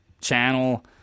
channel